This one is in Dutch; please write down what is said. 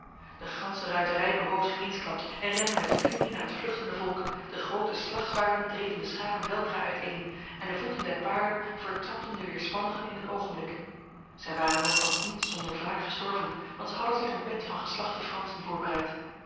de ganse ruiterij bewoog zich eensklaps en rende met furie naar het vluchtende volk de grote slagzwaarden dreven de scharen weldra uiteen en de voeten der paarden vertrapten de weerspannigen in een ogenblik zij waren nochtans niet zonder wraak gestorven want zij hadden zich een bed van geslachte fransen voorbereid